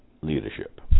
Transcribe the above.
leadership